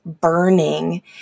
burning